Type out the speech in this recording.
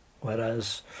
Whereas